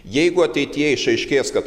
jeigu ateityje išaiškės kad